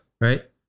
right